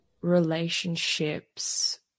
relationships